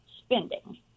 spending